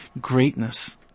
greatness